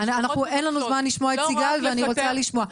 אין לנו זמן לשמוע את סיגל ואני רוצה לשמוע.